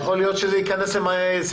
יכול להיות שזה יהיה מחר.